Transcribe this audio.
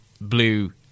Blue